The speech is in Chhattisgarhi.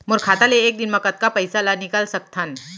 मोर खाता ले एक दिन म कतका पइसा ल निकल सकथन?